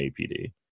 apd